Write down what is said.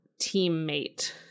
teammate